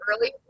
early